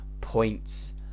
points